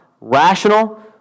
rational